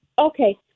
okay